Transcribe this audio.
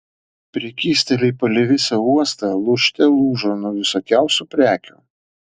prekystaliai palei visą uostą lūžte lūžo nuo visokiausių prekių